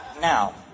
Now